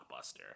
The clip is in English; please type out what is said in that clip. blockbuster